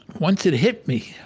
once it hit me,